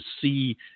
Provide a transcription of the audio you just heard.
see